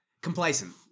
Complacent